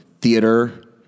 theater